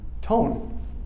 tone